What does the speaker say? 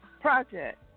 project